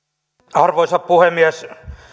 arvoisa puhemies